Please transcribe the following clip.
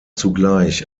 zugleich